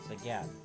Again